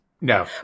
No